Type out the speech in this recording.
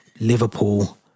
Liverpool